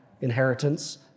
inheritance